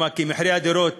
כי מחירי הדירות